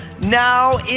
now